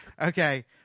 Okay